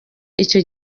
icyo